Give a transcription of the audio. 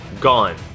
Gone